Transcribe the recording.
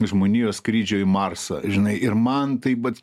žmonijos skrydžio į marsą žinai ir man taip vat